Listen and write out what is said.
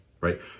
right